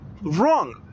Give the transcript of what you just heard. wrong